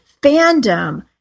fandom